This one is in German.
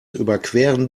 überqueren